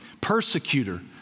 persecutor